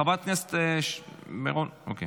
חברת הכנסת מירון, בבקשה.